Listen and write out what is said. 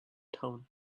town